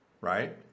Right